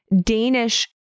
Danish